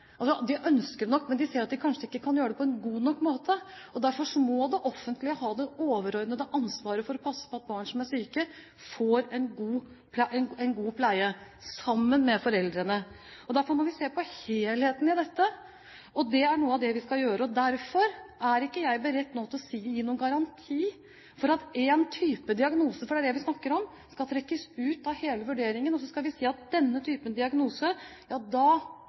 Derfor må det offentlige ha det overordnede ansvaret og sammen med foreldrene passe på at barn som er syke, får en god pleie. Derfor må vi se på helheten i dette, og det er noe av det vi skal gjøre. Derfor er jeg ikke nå beredt til å gi noen garanti for at én type diagnose – for det er dét vi snakker om – skal trekkes ut av hele vurderingen, og så skal vi si at ved denne typen diagnose